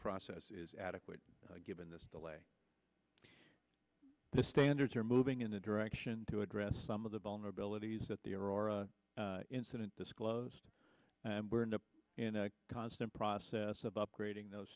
process is adequate given this delay the standards are moving in the direction to address some of the vulnerabilities that the aurora incident disclosed and burned up in a constant process of upgrading those